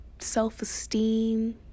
self-esteem